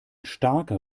starker